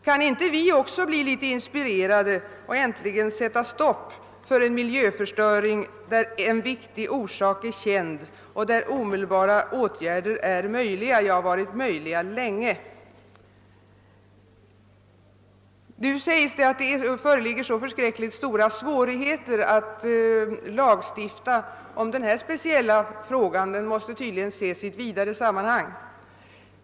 Kan inte också vi bli litet inspirerade och äntligen sätta stopp för en miljöförstöring, till vilken en viktig orsak är känd och mot vilken omedelbara åtgärder är möjliga, ja länge varit möjliga? Det uttalas i statsrådets svar att det föreligger stora svårigheter att lagstifta i denna speciella fråga. Den måste tydligen ses i ett vidare sammanhang.